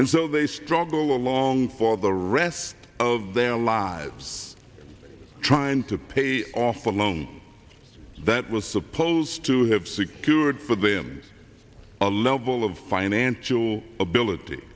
and so they struggle along for the rest of their lives trying to pay off the loan that was supposed to have secured for them a level of financial ability